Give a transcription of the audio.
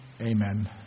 amen